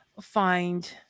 find